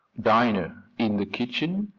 dinah, in the kitchen,